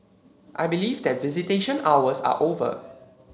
I believe that visitation hours are over